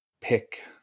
pick